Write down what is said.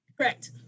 Correct